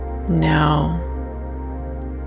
Now